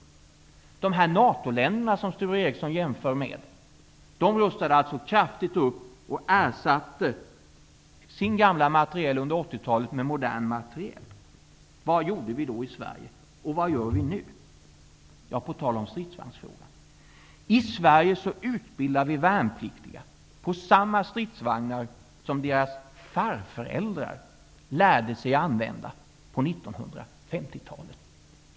NATO-länderna som Sture Ericson jämför med rustade upp kraftigt och ersatte sin gamla materiel under 80-talet med modern materiel. Vad gjorde vi då i Sverige och vad gör vi nu? Ja, på tal om stridsvagnsfrågan: I Sverige utbildar vi värnpliktiga på samma stridsvagnar som deras farföräldrar lärde sig använda på 1950-talet.